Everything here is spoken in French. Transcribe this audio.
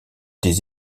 des